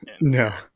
No